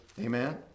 Amen